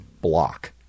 block